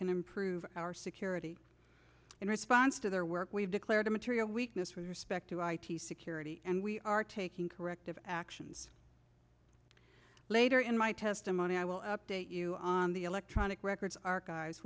can improve our security in response to their work we've declared a material weakness with respect to our security and we are taking corrective actions later in my testimony i will update you on the electronic records ar